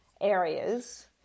areas